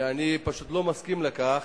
ואני לא מסכים לכך,